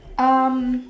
um